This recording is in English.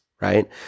right